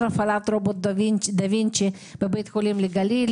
הפעלת רובוט דה וינצ'י בבית החולים לגליל,